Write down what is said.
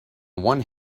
one